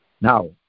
Now